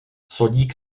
sodík